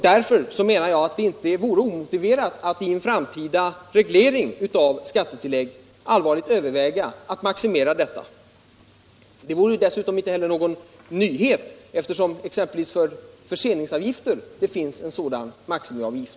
Därför menar jag att det inte vore omotiverat att vid en framtida reglering av skattetilläggen allvarligt överväga att maximera dem. Detta vore dessutom inte någon nyhet, eftersom det för exempelvis förseningsavgifter redan finns en sådan maximiavgift.